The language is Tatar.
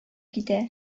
китә